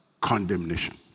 condemnation